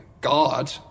God